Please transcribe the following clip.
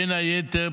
בין היתר,